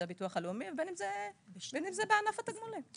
הביטוח הלאומי או בין אם זה בענף התגמולים.